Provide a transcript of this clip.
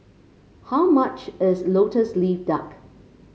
how much is lotus leaf duck